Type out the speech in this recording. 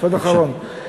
משפט אחרון.